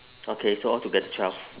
okay so altogether twelve